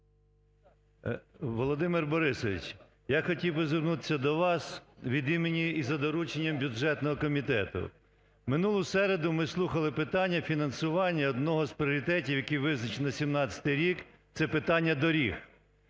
Володимир Борисович! Я хотів би звернутись до вас від імені і за дорученням Бюджетного комітету. В минулу середу ми слухали питання фінансування одного з пріоритетів, який визначений на 2017 рік. Це питання доріг.